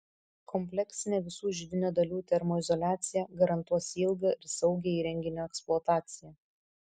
kompleksinė visų židinio dalių termoizoliacija garantuos ilgą ir saugią įrenginio eksploataciją